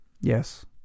Yes